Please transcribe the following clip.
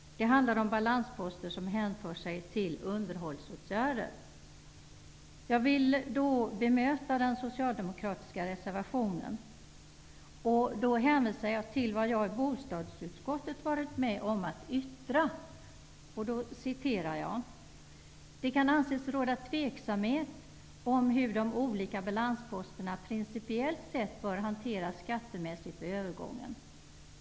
Det handlar om balansposter som hänför sig till underhållsåtgärder. Jag vill här bemöta den socialdemokratiska reservationen. Jag hänvisar då till vad jag i bostadsutskottet varit med om att yttra: ''...det kan anses råda tveksamhet om hur de olika balansposterna principiellt sett bör hanteras skattemässigt vid övergången.